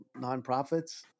nonprofits